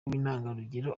w’intangarugero